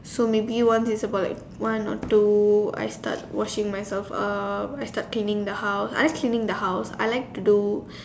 so maybe one is about like one or two I start washing myself up I start cleaning the house I like cleaning the house I like to do